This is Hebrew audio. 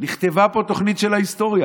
נכתבה פה תוכנית של ההיסטוריה.